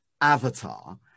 avatar